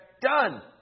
Done